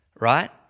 right